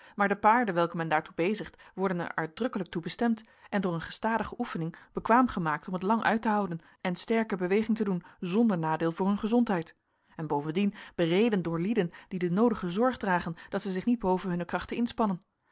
maar de paarden welke men daartoe bezigt worden er uitdrukkelijk toe bestemd en door een gestadige oefening bekwaam gemaakt om het lang uit te houden en sterke beweging te doen zonder nadeel voor hun gezondheid en bovendien bereden door lieden die de noodige zorg dragen dat zij zich niet boven hunne krachten inspannen